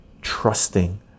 trusting